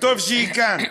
וטוב שהיא כאן,